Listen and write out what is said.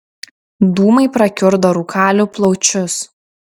dūmai prakiurdo rūkalių plaučius